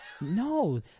No